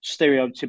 stereotypical